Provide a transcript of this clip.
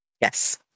yes